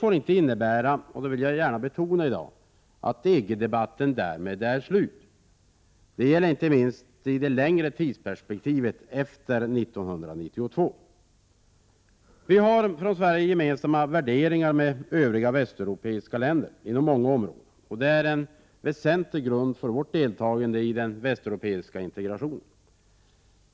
Jag vill gärna betona att detta inte får innebära att EG-debatten därmed är avslutad, inte minst när det gäller det längre tidsperspektivet efter 1992. Vi har i Sverige gemensamma värderingar på många områden med övriga västeuropeiska länder, vilket är en väsentlig förutsättning för vår deltagande i den västeuropeisk integrationen.